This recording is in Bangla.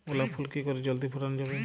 গোলাপ ফুল কি করে জলদি ফোটানো যাবে?